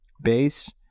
base